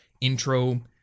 intro